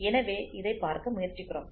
எனவே இதைப் பார்க்க முயற்சிக்கிறோம்